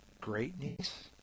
great-niece